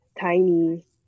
tiny